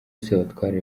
sebatware